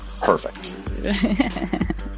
perfect